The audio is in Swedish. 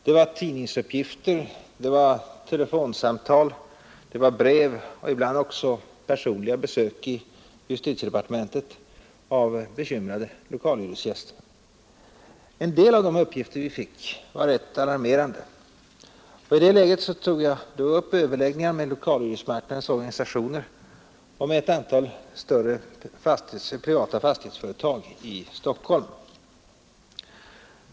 Det var tidningsuppgifter, det var telefonsamtal och det var brev och ibland också personliga besök i justitiedepartementet av bekymrade lokalhyresgäster. En del av de uppgifter vi fick var rätt alarmerande. I det läget tog jag upp överläggningar med lokalhyresmarknadens organisationer och med ett antal större privata fastighetsföretag i Stockholm.